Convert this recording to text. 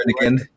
again